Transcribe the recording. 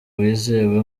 wizewe